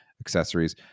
accessories